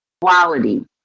quality